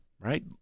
right